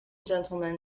gentlemen